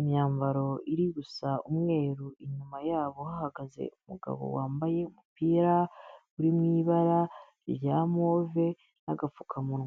imyambaro iri gusa umweru, inyuma yabo hahagaze umugabo, wambaye umupira uri mu ibara rya move n'agapfukamunwa.